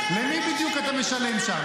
למי בדיוק אתה משלם שם?